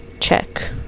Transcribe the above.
check